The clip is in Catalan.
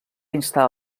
instar